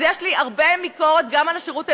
אז יש לי הרבה ביקורת גם על השירות הלאומי,